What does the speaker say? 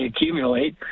accumulate